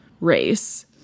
race